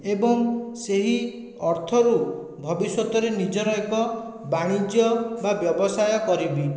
ଏବଂ ସେହି ଅର୍ଥରୁ ଭବିଷ୍ୟତରେ ନିଜର ଏକ ବାଣିଜ୍ୟ ବା ବ୍ୟବସାୟ କରିବି